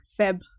Feb